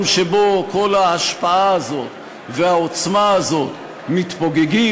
שבו כל ההשפעה הזאת והעוצמה הזאת מתפוגגות,